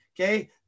Okay